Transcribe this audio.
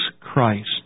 Christ